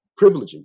privileging